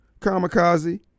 Kamikaze